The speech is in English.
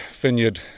vineyard